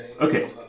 Okay